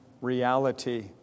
reality